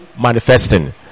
manifesting